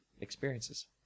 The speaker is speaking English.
experiences